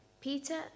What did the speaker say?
Peter